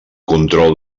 control